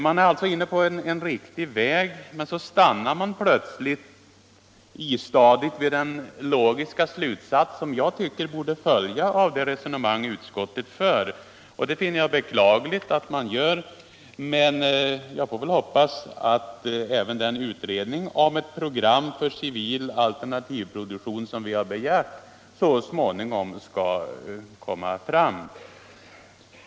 Man är alltså inne på en riktig väg men stannar plötsligt istadigt före den logiska slutsats som jag tycker borde följa av det resonemang utskottet för. Jag finner det beklagligt att man gör det, men jag hoppas att även den utredning om ett program för civil alternativproduktion som vi har begärt så småningom skall komma fram.